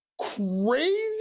crazy